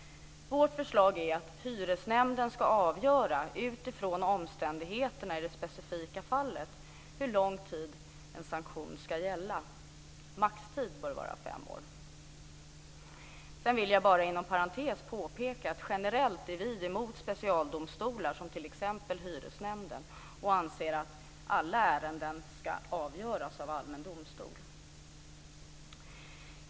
Vårt förslag är att hyresnämnden ska avgöra, utifrån omständigheterna i det specifika fallet, hur lång tid en sanktion ska gälla. Maximitid bör vara fem år. Sedan vill jag också liksom inom parentes påpeka att vi generellt är mot specialdomstolar, t.ex. hyresnämnden, och anser att alla ärenden ska avgöras av allmän domstol.